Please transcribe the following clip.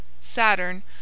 SATURN